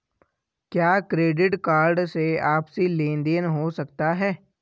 क्या credit card से आपसी लेनदेन हो सकता है?